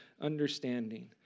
understanding